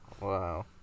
Wow